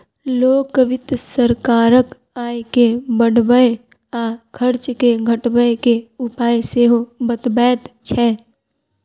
लोक वित्त सरकारक आय के बढ़बय आ खर्च के घटबय के उपाय सेहो बतबैत छै